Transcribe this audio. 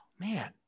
Man